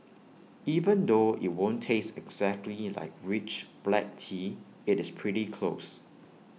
even though IT won't taste exactly like rich black tea IT is pretty close